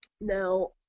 Now